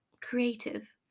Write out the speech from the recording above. creative